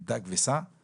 אני